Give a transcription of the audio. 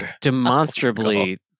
demonstrably